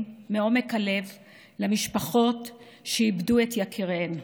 מעומק הלב למשפחות שאיבדו את יקיריהן.